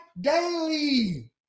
daily